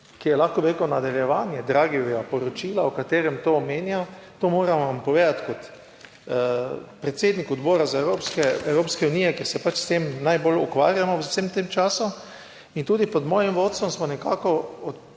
ki je, lahko bi rekel nadaljevanje Draghijevega poročila, o katerem to omenja, to moram vam povedati kot predsednik Odbora za Evropske unije, ker se pač s tem najbolj ukvarjamo v vsem tem času in tudi pod mojim vodstvom smo nekako